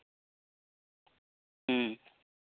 ᱦᱩᱸ